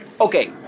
Okay